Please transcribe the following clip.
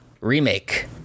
Remake